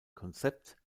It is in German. konzept